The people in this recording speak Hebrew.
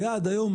היעד היום,